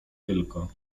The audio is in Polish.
tylko